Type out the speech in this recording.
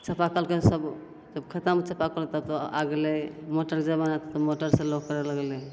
चापाकलके सब जब खतम चापाकल तब तऽ आ गेलै मोटर जमाना तऽ मोटरसे लोक करै लगलै